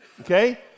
Okay